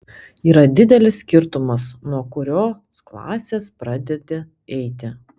yra didelis skirtumas nuo kurios klasės pradedi eiti